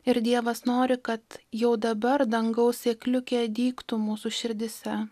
ir dievas nori kad jau dabar dangaus sėkliukė dygtų mūsų širdyse